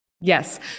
Yes